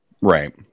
Right